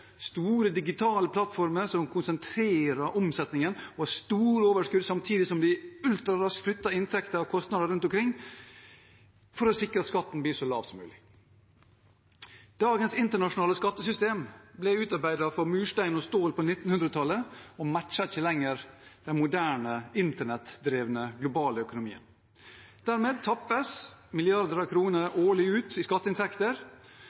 store digitale plattformer som konsentrerer omsetningen og store overskudd, samtidig som vi ultraraskt flytter inntekter og kostnader rundt omkring for å sikre at skatten blir så lav som mulig. Dagens internasjonale skattesystem ble utarbeidet for murstein og stål på 1900-tallet og matcher ikke lenger den moderne, internettdrevne globale økonomien. Dermed tappes milliarder av kroner